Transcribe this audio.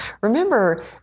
Remember